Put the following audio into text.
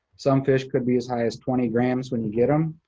some fish could be as high as twenty grams when you get em,